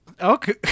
Okay